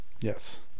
Yes